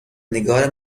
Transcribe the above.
نگار